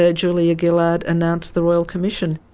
yeah julia gillard announced the royal commission.